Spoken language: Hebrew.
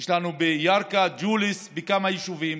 יש לנו בירכא, ג'וליס, בכמה יישובים.